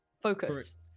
focus